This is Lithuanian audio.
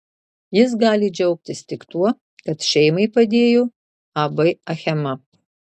jis gali džiaugtis tik tuo kad šeimai padėjo ab achema